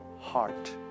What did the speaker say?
heart